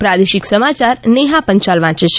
પ્રાદેશિક સમાચાર નેહા પંચાલ વાંચે છે